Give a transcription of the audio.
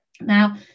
Now